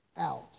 out